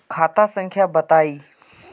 खाता संख्या बताई?